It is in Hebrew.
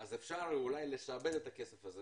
אז אפשר אולי לשעבד את הכסף הזה